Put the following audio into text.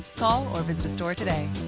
call or visit a store today.